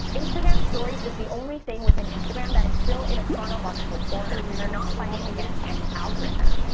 instagram stories is the only thing within instagram that is still in a chronological order, so you're not fighting against any algorithm.